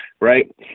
right